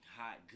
hot